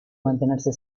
mantenerse